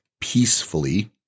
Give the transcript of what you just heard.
peacefully